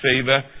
favor